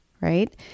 Right